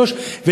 שלוש,